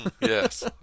yes